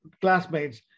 classmates